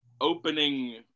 opening